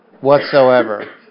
whatsoever